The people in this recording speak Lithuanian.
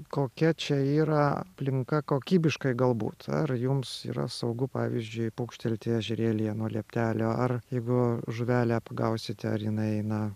kokia čia yra aplinka kokybiškai galbūt ar jums yra saugu pavyzdžiui pukštelti ežerėlyje nuo lieptelio ar jeigu žuvelę pagausite ar jinai na